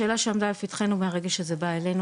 השאלה שעמדה לפתחנו מהרגע שזה בא אלינו,